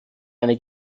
eine